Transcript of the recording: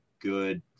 good